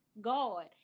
God